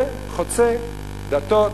זה חוצה דתות,